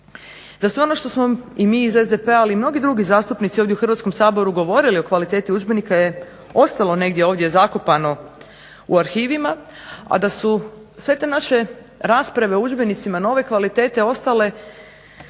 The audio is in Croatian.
da sve ono što smo i mi iz SDP-a, ali i mnogi drugi zastupnici ovdje u Hrvatskom saboru govorili o kvaliteti udžbenika je ostalo negdje ovdje zakopano u arhivima, a da su sve te naše rasprave o udžbenicima nove kvalitete ostale